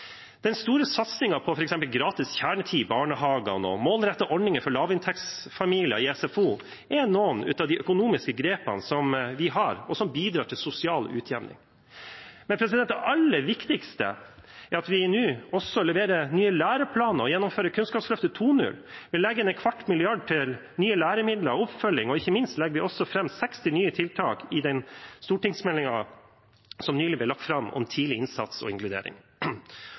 Den store satsingen på f.eks. gratis kjernetid i barnehagene og målrettede ordninger for lavinntektsfamilier i SFO er noen av de økonomiske grepene som vi har, og som bidrar til sosial utjevning. Men det aller viktigste er at vi nå også leverer nye læreplaner og gjennomfører Kunnskapsløftet 2.0. Vi legger inn en kvart milliard til nye læremidler og oppfølging, og ikke minst legger vi også fram 60 nye tiltak i den stortingsmeldingen som nylig ble lagt fram om tidlig innsats og inkludering.